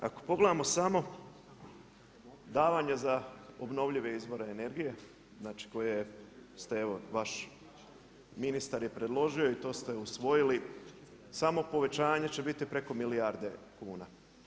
Ako pogledamo samo davanja za obnovljive izvore energije, znači koje ste evo vaš ministar je predložio i to ste usvojili samo povećanje će biti preko milijarde kuna.